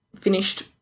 finished